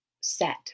set